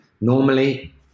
normally